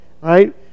right